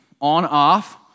on-off